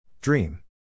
Dream